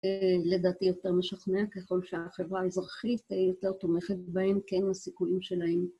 לדעתי יותר משכנע ככל שהחברה האזרחית יותר תומכת בהן כן לסיכויים שלהן.